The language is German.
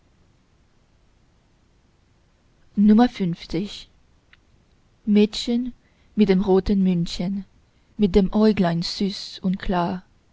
mädchen mit dem roten mündchen mit den äuglein süß und klar